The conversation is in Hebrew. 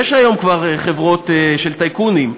כבר יש היום חברות של טייקונים,